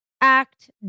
act